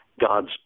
God's